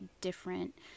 different